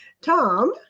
Tom